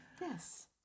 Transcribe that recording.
yes